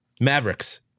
Mavericks